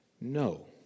No